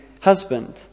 husband